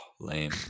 lame